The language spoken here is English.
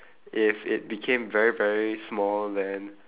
if it became very very small then